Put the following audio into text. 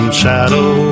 shadow